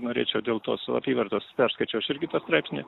norėčiau dėl tos apyvartos perskaičiau aš irgi tą straipsnį